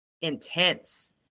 intense